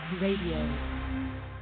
Radio